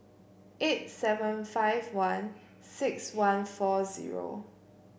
eight seven five one six one four zero